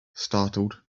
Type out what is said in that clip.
startled